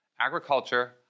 Agriculture